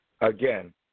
Again